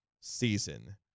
season